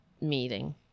meeting